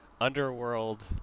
Underworld